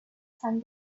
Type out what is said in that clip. sun